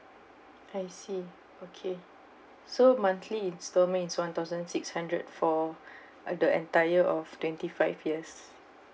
I see okay so monthly instalment is one thousand six hundred for a the entire of twenty five years